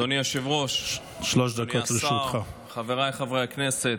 אדוני היושב-ראש, אדוני השר, חבריי חברי הכנסת,